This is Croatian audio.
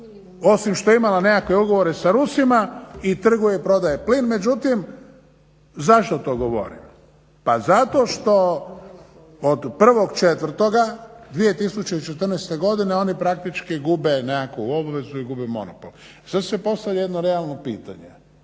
osim što je imala nekakve ugovore sa Rusima i trguje i prodaje plin. Međutim zašto to govorim? Pa zato što od 1.4.2014.godine oni praktički gube nekakvu obvezu i gube monopol. I sada se postavlja jedno realno pitanje,